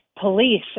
police